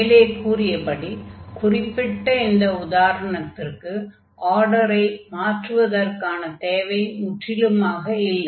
மேலே கூறியபடி குறிப்பிட்ட இந்த உதாரணத்திற்கு ஆர்டரை மாற்றுவதற்கான தேவை முற்றிலுமாக இல்லை